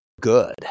good